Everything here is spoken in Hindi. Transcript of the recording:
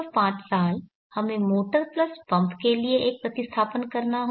75 साल हमें मोटर प्लस पंप के लिए एक प्रतिस्थापन करना होगा